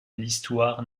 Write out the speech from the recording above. l’histoire